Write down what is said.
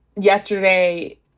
yesterday